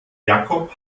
jakob